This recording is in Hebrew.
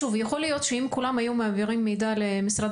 שוב: יכול להיות שאם כולם היו מעבירים מידע למשרד